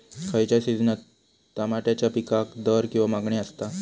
खयच्या सिजनात तमात्याच्या पीकाक दर किंवा मागणी आसता?